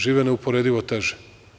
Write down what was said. Žive neuporedivo teže.